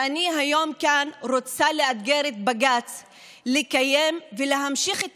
והיום כאן אני רוצה לאתגר את בג"ץ להמשיך ולקיים את